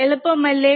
എളുപ്പമല്ലേ